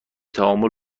تعامل